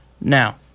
Now